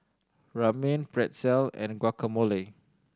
Ramen Pretzel and Guacamole